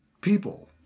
people